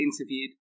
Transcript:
interviewed